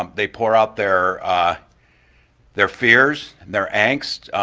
um they pour out their ah their fears, their angst,